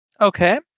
Okay